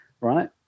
right